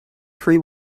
free